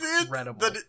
incredible